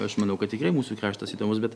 aš manau kad tikrai mūsų kraštas įdomus bet